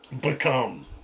become